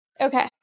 Okay